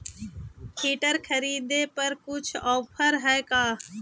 Filter खरिदे पर कुछ औफर है का?